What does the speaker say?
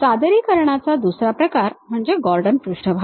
सादरीकरणाचा दुसरा प्रकार म्हणजे गॉर्डन पृष्ठभाग